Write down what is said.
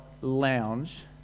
lounge